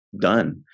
done